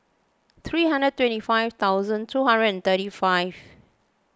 three hundred twenty five thousand two hundred and thirty five